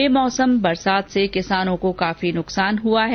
बेमौसम की बरसात से किसानों को काफी नुकसान हुआ है